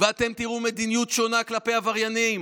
ואתם תראו מדיניות שונה כלפי עבריינים,